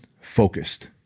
focused